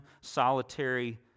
solitary